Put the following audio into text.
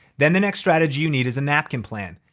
then the next strategy you need is a napkin plan.